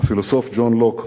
הפילוסוף ג'ון לוק,